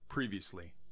Previously